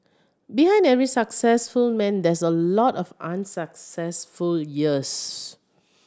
behind every successful man there's a lot of unsuccessful years